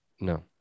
No